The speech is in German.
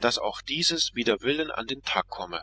daß auch dieses wider seinen willen an den tag komme